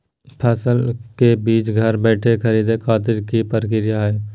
फसल के बीज घर बैठे खरीदे खातिर की प्रक्रिया हय?